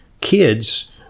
kids